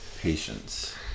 patience